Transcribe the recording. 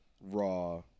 Raw